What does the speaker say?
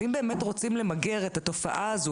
אם באמת רוצים למגר את התופעה הזאת